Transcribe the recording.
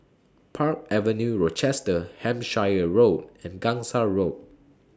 Park Avenue Rochester Hampshire Road and Gangsa Road